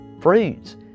fruits